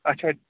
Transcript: اچھا